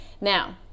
now